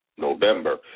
November